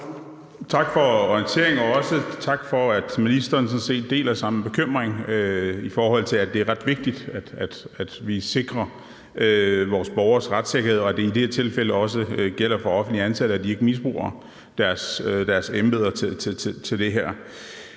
Tak for orienteringen, og også tak for, at ministeren sådan set deler samme bekymring, i forhold til at det er ret vigtigt, at vi sikrer vores borgeres retssikkerhed, og at det i det her tilfælde også gælder for offentligt ansatte, at de ikke misbruger deres embeder til det her.